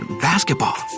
basketball